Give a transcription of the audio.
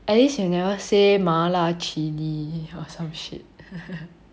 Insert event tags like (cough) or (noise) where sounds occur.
at least you never say 麻辣 chili or some shit (laughs)